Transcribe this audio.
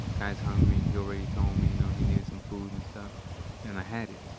guy's hungry. he already told me, you know, he needed some food and stuff and i had it.